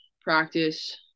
practice